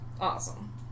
Awesome